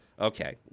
Okay